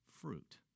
fruit